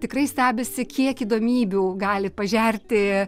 tikrai stebisi kiek įdomybių gali pažerti